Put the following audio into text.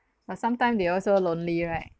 but sometime they also lonely right